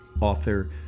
author